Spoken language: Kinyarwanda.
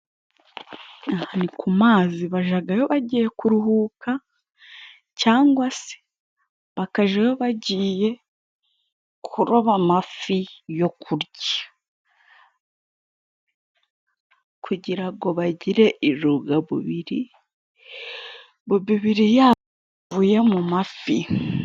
Aha ni ku mazi bajagayo bagiye kuruhuka, cyangwa se bakajayo bagiye kuroba amafi yo kurya, kugira ngo bagire intungamubiri mu mibiri yabo yo mu mafi.